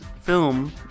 film